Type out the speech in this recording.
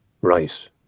Right